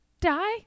die